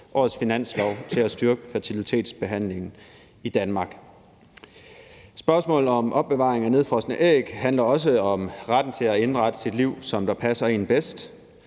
årets finanslov til at styrke fertilitetsbehandlingen i Danmark. Spørgsmålet om opbevaring af nedfrosne æg handler også om retten til at indrette sit liv, som det passer en bedst.